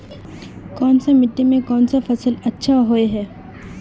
कोन सा मिट्टी में कोन फसल अच्छा होय है?